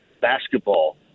basketball